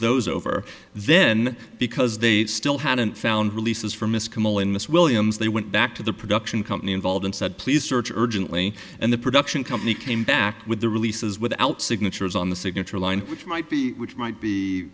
those over then because they still hadn't found releases from miss camilla and miss williams they went back to the production company involved and said please search urgently and the production company came back with the releases without signatures on the signature line which might be which might be